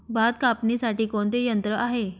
भात कापणीसाठी कोणते यंत्र आहे?